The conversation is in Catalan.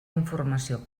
informació